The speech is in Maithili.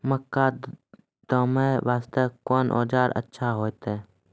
मक्का तामे वास्ते कोंन औजार अच्छा होइतै?